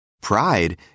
Pride